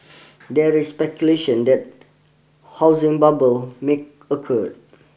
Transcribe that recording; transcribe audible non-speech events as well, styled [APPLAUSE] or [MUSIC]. there is speculation that housing bubble may [UNINTELLIGIBLE] occur